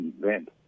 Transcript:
event